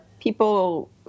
people